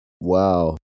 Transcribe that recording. Wow